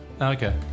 Okay